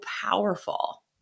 powerful